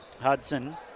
Hudson